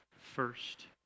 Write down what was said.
first